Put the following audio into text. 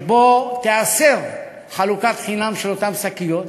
שבה תיאסר חלוקת חינם של אותן שקיות.